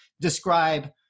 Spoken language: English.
describe